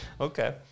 Okay